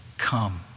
come